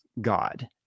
God